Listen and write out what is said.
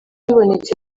bibonetse